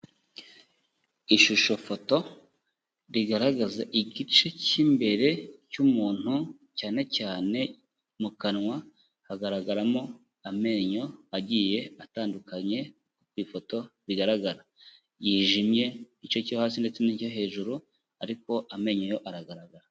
Ishusho foto, rigaragaza igice cy'imbere cy'umuntu cyane cyane mu kanwa, hagaragaramo amenyo agiye atandukanye ku ifoto bigaragara yijimye igice cyo hasi ndetse n'icyo hejuru ariko amenyo yo aragaragara.